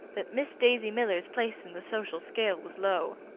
that miss daisy miller's place in the social scale was low.